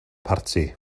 parti